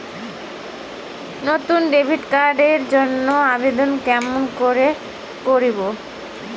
নতুন debit card এর জন্যে আবেদন কেমন করি করিম?